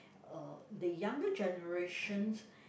uh the younger generations